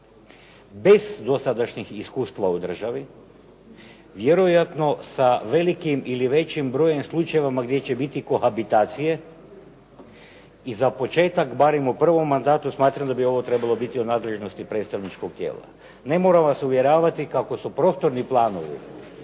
bez dosadašnjih iskustva u državi, vjerojatno sa velikim ili većim brojem slučajevima gdje će biti kohabitacije i za početak barem u prvom mandatu smatram da bi ovo trebalo biti u nadležnosti predstavničkog tijela. Ne moram vas uvjeravati kako su prostorni planovi,